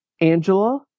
Angela